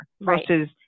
versus